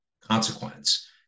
consequence